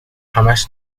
همش